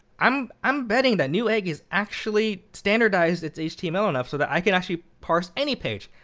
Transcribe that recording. i'm i'm betting that newegg has actually standardized its html enough so that i can actually parse any page,